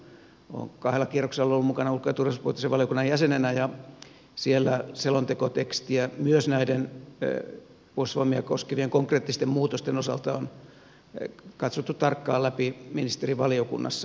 olen kahdella kierroksella ollut mukana ulko ja turvallisuuspoliittisen valiokunnan jäsenenä ja siellä selontekotekstiä myös näiden puolustusvoimia koskevien konkreettisten muutosten osalta on katsottu tarkkaan läpi ministerivaliokunnassa